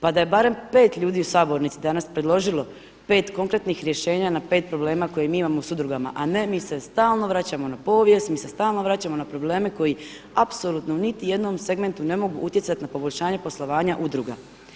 Pa da je barem pet ljudi u sabornici danas predložilo pet konkretnih rješenja na pet problema koje mi imamo s udruga, a ne, mi se stalno vraćamo na povijest, mi se stalno vraćamo na probleme koji apsolutno niti u jednom segmentu ne mogu utjecati na poboljšanje poslovanja udruga.